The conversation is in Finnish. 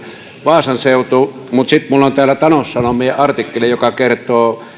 vaasan seutu mutta sitten minulla on täällä taloussanomien artikkeli joka kertoo että